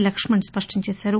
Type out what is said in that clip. లక్ష్మణ్ స్పష్టం చేశారు